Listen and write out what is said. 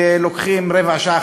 ולוקחים רבע שעה,